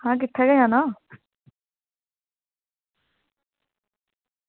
हां किट्ठे गै जाना